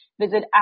Visit